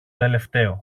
τελευταίο